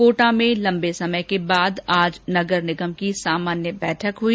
कोटा में लम्बे समय के बाद आज नगर निगम की सामान्य बैठक हुई